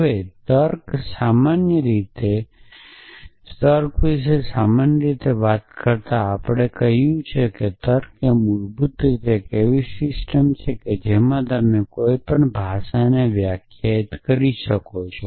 હવે તર્ક વિશે સામાન્ય રીતે વાત કરતાં આપણે કહ્યું કે તર્ક એ મૂળભૂત રીતે એક એવી સિસ્ટમ છે જેમાં તમે કોઈ ભાષાને વ્યાખ્યાયિત કરો છો